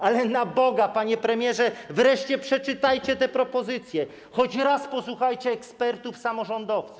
Ale na Boga, panie premierze, wreszcie przeczytajcie te propozycje, choć raz posłuchajcie ekspertów samorządowców.